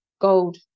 gold